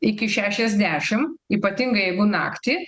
iki šešiasdešim ypatingai jeigu naktį